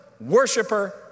worshiper